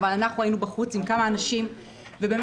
ואנחנו היינו בחוץ עם כמה אנשים והפגנו.